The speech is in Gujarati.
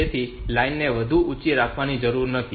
તેથી લાઇનને વધુ ઊંચી રાખવાની જરૂર નથી